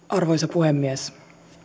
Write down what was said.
arvoisa puhemies